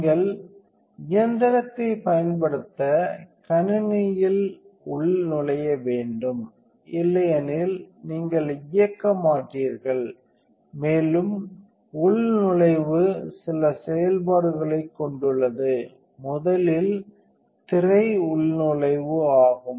நீங்கள் இயந்திரத்தைப் பயன்படுத்த கணினியில் உள்நுழைய வேண்டும் இல்லையெனில் நீங்கள் இயக்க மாட்டீர்கள் மேலும் உள்நுழைவு சில செயல்பாடுகளைக் கொண்டுள்ளது முதலில் திரை உள்நுழைவு ஆகும்